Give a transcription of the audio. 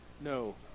no